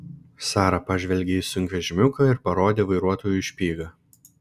sara pažvelgė į sunkvežimiuką ir parodė vairuotojui špygą